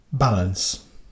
Balance